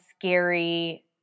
scary